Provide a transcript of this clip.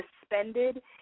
suspended